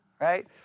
right